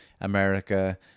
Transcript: America